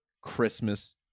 Christmas